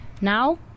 Now